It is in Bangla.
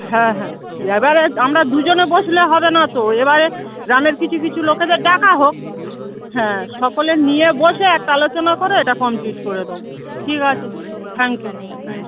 হ্যাঁ হ্যাঁ এবারে আমরা দুজনে বসলে হবে না তো এবারে গ্রামের কিছু কিছু লোকেদের ডাকা হোক হ্যাঁ সকলের নিয়ে বসে একটা আলোচনা করে এটা কমপ্লিট করে দোবো ঠিক আছে থ্যাংক ইউ হুম